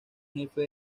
jefe